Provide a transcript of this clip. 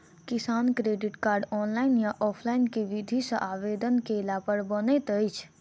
किसान credit card, online या offline केँ विधि सँ आवेदन कैला पर बनैत अछि?